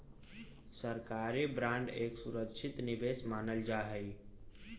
सरकारी बांड एक सुरक्षित निवेश मानल जा हई